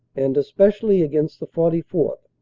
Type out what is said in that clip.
and especially against the forty fourth.